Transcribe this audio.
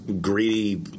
greedy